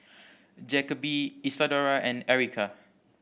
Jacoby Isadora and Erykah